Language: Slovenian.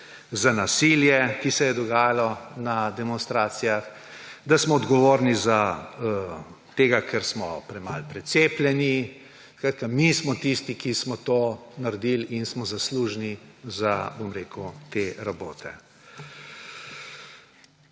za nasilje, ki se je dogajalo na demonstracijah, da smo odgovorni, ker smo premalo precepljeni, skratka, mi smo tisti, ki smo to naredili in smo zaslužni za te rabote.